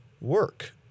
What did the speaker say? work